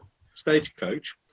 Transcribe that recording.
stagecoach